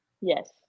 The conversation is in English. Yes